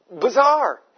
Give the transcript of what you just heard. bizarre